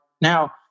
Now